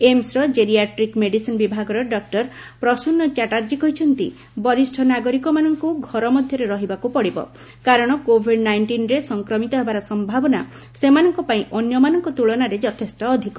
ଏମ୍ସର geriatric medicine ବିଭାଗର doctor Prasun Chatterjee କହିଛନ୍ତି ବରିଷ୍ଣ ନାଗରିକମାନଙ୍କୁ ଘର ମଧ୍ୟରେ ରହିବାକୁ ପଡ଼ିବ କାରଣ କୋଭିଡ୍ ନାଇଷ୍ଟିନ୍ରେ ସଂକ୍ରମିତ ହେବାର ସମ୍ଭାବନା ସେମାନଙ୍କ ପାଇଁ ଅନ୍ୟମାନଙ୍କ ତୁଳନାରେ ଯଥେଷ୍ଟ ଅଧିକ